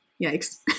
yikes